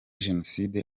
jenoside